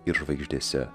ir žvaigždėse